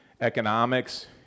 economics